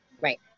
Right